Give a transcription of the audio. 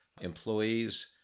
employees